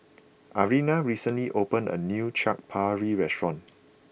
Ariana recently opened a new Chaat Papri restaurant